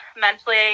mentally